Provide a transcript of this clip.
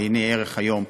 עייני ערך היום,